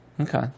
Okay